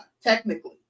technically